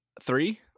Three